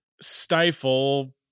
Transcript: stifle